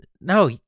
No